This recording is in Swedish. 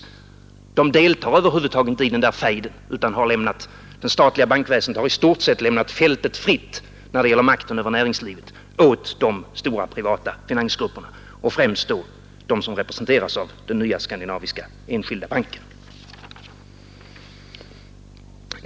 Denna bank deltar över huvud taget inte i den fejden, utan det statliga bankväseendet har i stort sett när det gäller makten över näringslivet lämnat fältet fritt åt de stora privata finansgrupperna, främst då dem som representeras av den nya Skandinaviska enskilda banken.